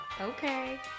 Okay